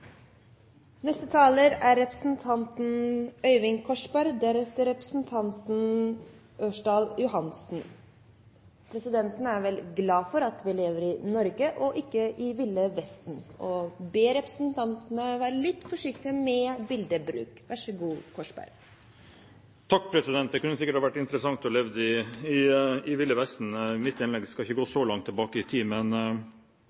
Presidenten er glad for at vi lever i Norge og ikke i Ville vesten, og ber representantene være litt forsiktige med bildebruk. Det kunne sikkert vært interessant å leve i Ville vesten. Mitt innlegg skal ikke gå